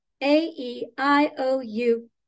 A-E-I-O-U